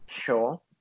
Sure